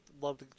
love